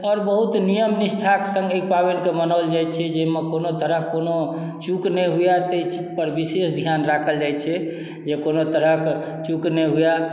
आओर बहुत नियम निष्ठा के संग एहि पाबनि के मनाओल जाइ छै जाहिमे कोनो तरहक कोनो चूक नहि हुए ताहि चीज पर विशेष ध्यान राखल जाइत छै जे कोनो तरहक चूक नहि हुए